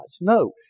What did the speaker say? No